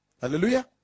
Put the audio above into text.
Hallelujah